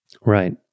Right